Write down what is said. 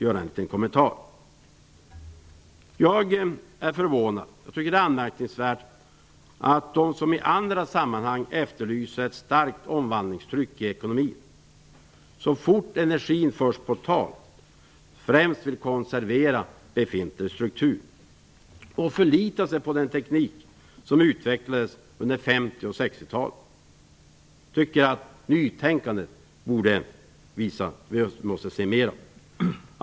Jag är förvånad över och tycker att det är anmärkningsvärt att de som i andra sammanhang efterlyser ett starkt omvandlingstryck i ekonomin, så fort energin förs på tal främst vill konservera befintlig struktur och förlita sig på den teknik som utvecklades under 1950 och 1960-talen. Jag tycker att nytänkandet borde visa sig mera.